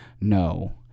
No